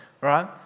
right